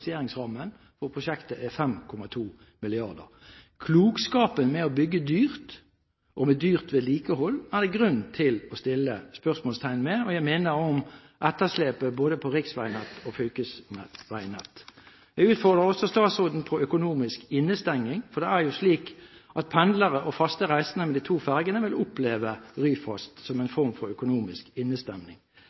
finansieringsrammen for prosjektet er på 5,2 mrd. kr. Klokskapen ved å bygge dyrt, med dyrt vedlikehold, er det grunn til å sette spørsmålstegn ved. Jeg minner om etterslepet på både riksveinett og fylkesveinett. Jeg utfordrer også statsråden på økonomisk innestenging. Det er slik at pendlere og faste reisende med de to ferjene vil oppleve Ryfast som en form for økonomisk